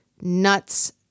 nuts